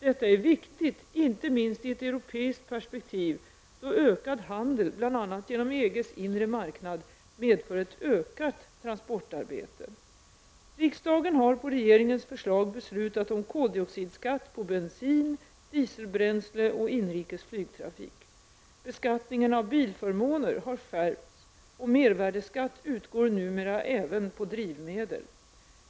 Detta är viktigt inte minst i ett europeiskt perspektiv, då ökad handel bl.a. genom EGs inre marknad medför ett ökat transportarbete. Riksdagen har på regeringens förslag beslutat om en koldioxidskatt på bensin, dieselbränsle och inrikes flygtrafik. Beskattningen av bilförmåner har skärpts och mervärdeskatt utgår numera även på drivmedel.